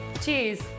Cheers